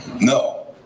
no